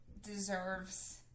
deserves